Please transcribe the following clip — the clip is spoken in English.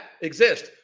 exist